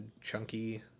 chunky